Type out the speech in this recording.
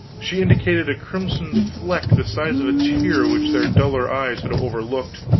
she indicated a crimson fleck the size of a tear which their duller eyes had overlooked.